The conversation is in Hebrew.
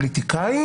פוליטיקאי